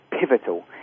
pivotal